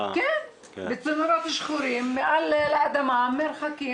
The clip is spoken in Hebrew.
צינורות שחורים מעל האדמה, מרחקים.